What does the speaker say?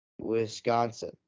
Wisconsin